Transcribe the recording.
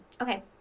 Okay